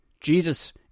Jesus